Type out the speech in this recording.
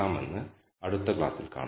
അതിനാൽ അടുത്ത ലെക്ച്ചറിൽ കാണാം